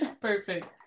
Perfect